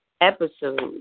episode